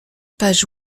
page